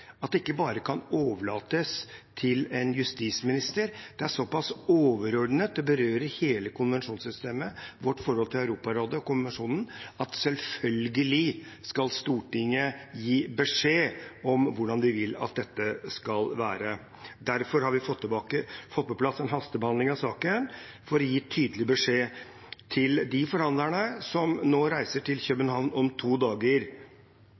at det ikke bare kan overlates til en justisminister. Det berører hele konvensjonssystemet, vårt forhold til Europarådet og konvensjonen – selvfølgelig skal Stortinget gi beskjed om hvordan de vil at dette skal være. Derfor har vi fått på plass en hastebehandling av saken, for å gi en tydelig beskjed til forhandlerne som reiser til København om to dager.